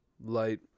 light